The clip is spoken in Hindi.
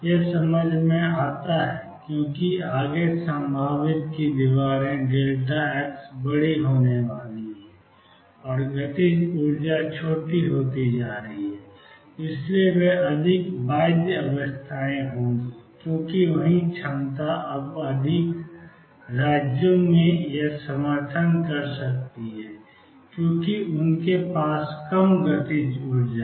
यह समझ में आता है क्योंकि आगे संभावित की दीवारें x बड़ी होने जा रही हैं और गतिज ऊर्जा छोटी होती जा रही है और इसलिए वे अधिक बाध्य अवस्थाएं होंगी क्योंकि वही क्षमता अब अधिक राज्यों में या समर्थन कर सकती है क्योंकि उनके पास है कम गतिज ऊर्जा